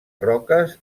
roques